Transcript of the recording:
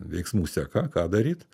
veiksmų seka ką daryt